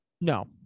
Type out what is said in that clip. No